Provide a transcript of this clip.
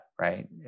right